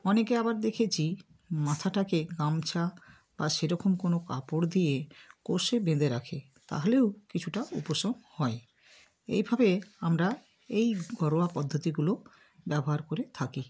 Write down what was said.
অনেকে আবার দেখেছি মাথাটাকে গামছা বা সেরকম কোনো কাপড় দিয়ে কষে বেঁধে রাখে তাহলেও কিছুটা উপশম হয় এইভাবে আমরা এই ঘরোয়া পদ্ধতিগুলো ব্যবহার করে থাকি